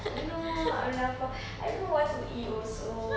you know I'm lapar I don't know what to eat also